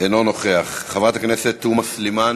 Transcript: אינו נוכח, חברת הכנסת תומא סלימאן,